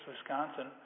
Wisconsin